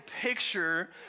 picture